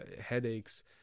headaches